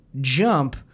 jump